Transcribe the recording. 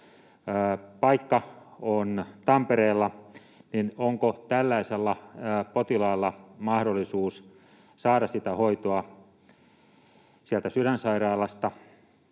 paikka on Tampereella, niin onko tällaisella potilaalla mahdollisuus saada sitä hoitoa sieltä Sydänsairaalasta,